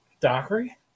Dockery